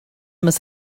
must